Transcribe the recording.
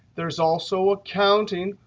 there's also accounting.